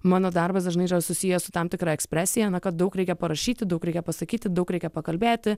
mano darbas dažnai yra susijęs su tam tikra ekspresija na kad daug reikia parašyti daug reikia pasakyti daug reikia pakalbėti